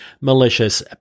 malicious